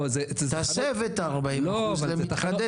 תסב את ה-40% למתחדשת.